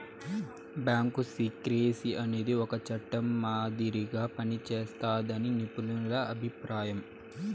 bank secrecy అనేది ఒక చట్టం మాదిరిగా పనిజేస్తాదని నిపుణుల అభిప్రాయం